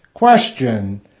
question